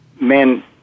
men